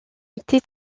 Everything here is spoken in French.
été